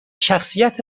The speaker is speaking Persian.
شخصیت